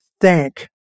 thank